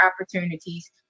opportunities